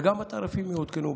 וגם התעריפים יעודכנו,